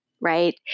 right